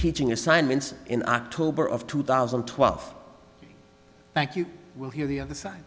teaching assignments in october of two thousand and twelve back you will hear the other side